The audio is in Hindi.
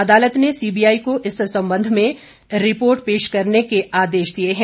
अदालत ने सीबीआई को इस संबंध में अदालत में रिपोर्ट पेश करने के आदेश दिए हैं